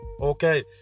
Okay